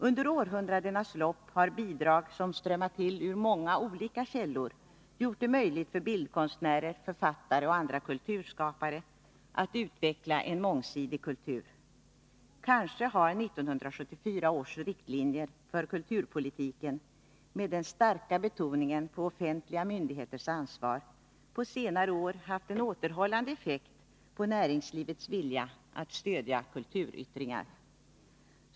Under århundradenas lopp har bidrag som strömmat till ur många olika källor gjort det möjligt för bildkonstnärer, författare och andra kulturskapare att utveckla en mångsidig kultur. Kanske har 1974 års riktlinjer för kulturpolitiken med den starka betoningen på offentliga myndigheters ansvar på senare år haft en återhållande effekt på näringslivets vilja att stödja kulturyttringar.